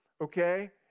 Okay